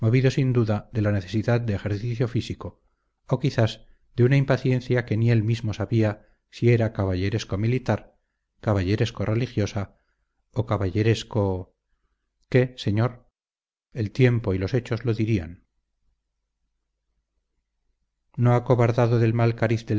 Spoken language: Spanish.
sin duda de la necesidad de ejercicio físico o quizás de una impaciencia que ni él mismo sabía si era caballeresco militar caballeresco religiosa o caballeresco qué señor el tiempo y los hechos lo dirían no acobardado del mal